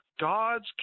God's